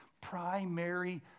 primary